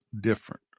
different